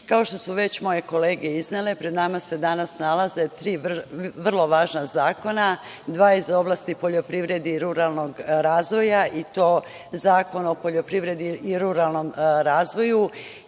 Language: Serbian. kao što su već moje kolege iznele, pred nama se danas nalaze tri vrlo važna zakona, dva iz oblasti poljoprivrede i ruralnog razvoja, i to Zakon o poljoprivredi i ruralnom razvoju